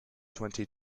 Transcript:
twenty